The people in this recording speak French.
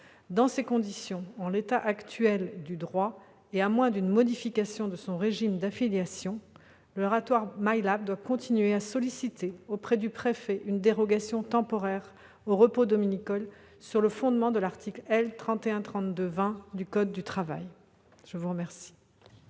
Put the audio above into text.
Dans ces conditions, en l'état actuel du droit et à moins d'une modification de son régime d'affiliation, le laboratoire MyLab doit continuer à solliciter auprès du préfet une dérogation temporaire au repos dominical, sur le fondement de l'article L. 3132-20 du code du travail. La parole